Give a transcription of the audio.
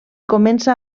comença